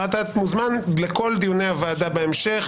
ואתה מוזמן לכל דיוני הוועדה בהמשך.